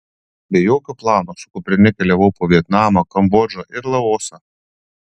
be jokio plano su kuprine keliavau po vietnamą kambodžą ir laosą